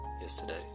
yesterday